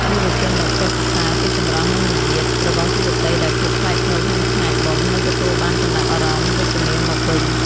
យុវជនដែលចេះ "សរសើរពីសម្រស់ និងមារយាទ" របស់យុវតីដោយភាពថ្លៃថ្នូរក្នុងថ្ងៃបុណ្យ នឹងទទួលបានចំណាប់អារម្មណ៍វិជ្ជមានមកវិញ។